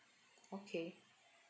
okay